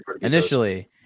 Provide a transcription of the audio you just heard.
initially